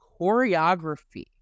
choreography